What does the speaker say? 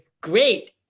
great